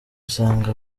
usanga